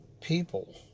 people